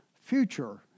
future